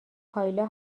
کایلا